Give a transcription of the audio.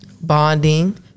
bonding